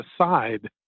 aside